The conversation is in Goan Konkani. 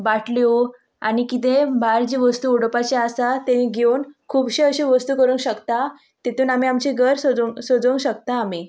बाटल्यो आनी कितें भायर जी वस्तू उडोपाचे आसा तें घेवन खुबशे अशे वस्तू करूंक शकता तितून आमी आमचें घर सजोवं सजोवं शकता आमी